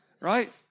Right